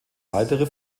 weitere